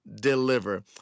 deliver